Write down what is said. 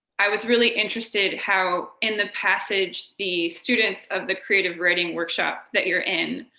i was really interested how, in the passage, the students of the creative writing workshop that you're in,